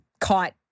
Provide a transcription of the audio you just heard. caught